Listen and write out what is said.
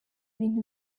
bintu